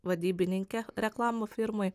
vadybininkė reklamų firmai